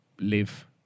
live